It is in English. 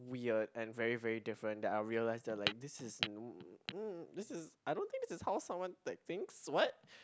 weird and very very different that I realised that like this is this is I don't think this is how someone like thinks what